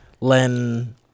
Len